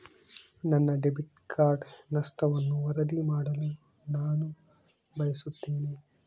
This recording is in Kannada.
ನನ್ನ ಡೆಬಿಟ್ ಕಾರ್ಡ್ ನಷ್ಟವನ್ನು ವರದಿ ಮಾಡಲು ನಾನು ಬಯಸುತ್ತೇನೆ